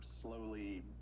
slowly